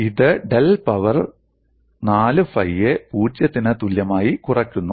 ഇത് ഡെൽ പവർ 4 ഫൈയെ 0 ത്തിന് തുല്യമായി കുറയ്ക്കുന്നു